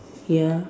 ya